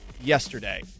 yesterday